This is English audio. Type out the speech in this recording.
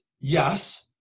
Yes